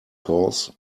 cause